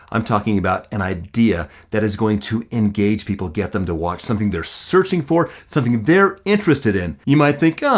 i'm talking about an idea that is going to engage people, get them to watch, something they're searching for, something they're interested in. you might think, oh,